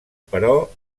però